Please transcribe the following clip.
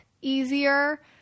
easier